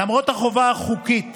למרות החובה החוקית